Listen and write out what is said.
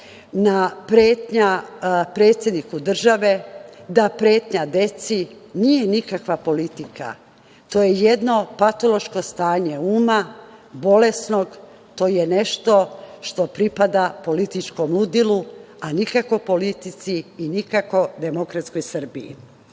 pretnja predsedniku države, da pretnja deci, nije nikakva politika. To je jedno patološko stanje uma, bolesno, to je nešto što pripada političkom ludilu, a nikako politici i nikako demokratskoj Srbiji. Ono